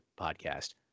podcast